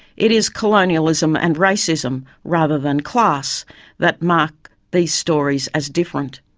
it is colonialism and racism rather than class that mark these stories as different.